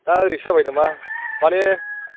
दा ओरैसो जाबाय नामा माने